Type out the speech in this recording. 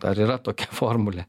ar yra tokia formulė